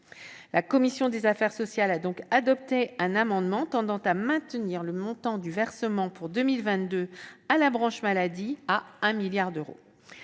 La commission des affaires sociales a donc adopté un amendement tendant à maintenir le montant du versement pour 2022 à la branche maladie à 1 milliard d'euros.